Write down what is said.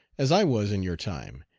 as i was in your time,